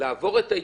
לעבור את ההתיישנות,